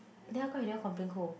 then how come you never complain cold